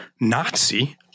Nazi